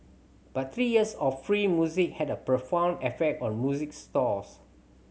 but three years of free music had a profound effect on music stores